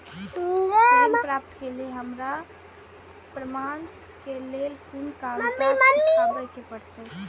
ऋण प्राप्त के लेल हमरा प्रमाण के लेल कुन कागजात दिखाबे के परते?